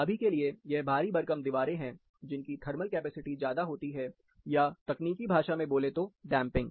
अभी के लिए यह भारी भरकम दीवारें हैं जिनकी थर्मल कैपेसिटी ज्यादा होती है या तकनीकी भाषा में बोले तो डैमपिंग